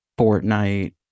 Fortnite